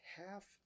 half